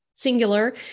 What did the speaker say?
singular